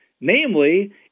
Namely